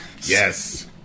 Yes